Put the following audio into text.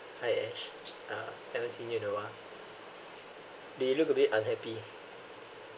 hi ash uh haven't seen you in a while they look a bit unhappy